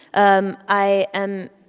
um i am